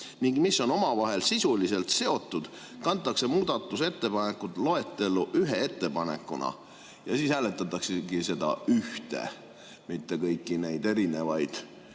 ning mis on omavahel sisuliselt seotud, kantakse muudatusettepanekute loetellu ühe ettepanekuna ja siis hääletataksegi seda ühte, mitte kõiki neid eraldi.